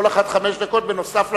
כל אחת חמש דקות נוסף על